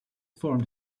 formed